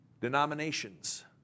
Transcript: denominations